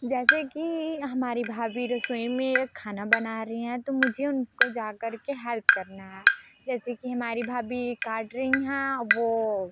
जैसे कि हमारी भाभी रसोई में खाना बना रहीं हैं तो मुझे उनको जा कर के हेल्प करना है जैसे कि हमारी भाभी काट रही हाँ वो